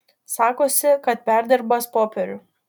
sakosi kad perdirbąs popierių